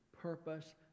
purpose